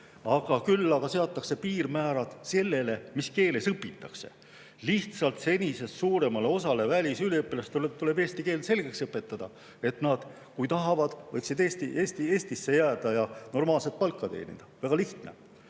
Küll aga seatakse piirmäärad sellele, mis keeles õpitakse. Lihtsalt senisest suuremale osale välisüliõpilastest tuleb eesti keel selgeks õpetada, et nad, kui tahavad, võtsid Eestisse jääda ja normaalset palka teenida. Väga lihtne!